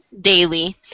daily